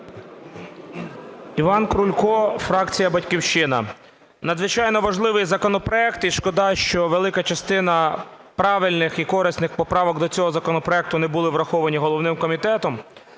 Іван Крулько, фракція "Батьківщина". Надзвичайно важливий законопроект, і шкода, що велика частина правильних і корисних поправок до цього законопроекту не були враховані головним комітетом.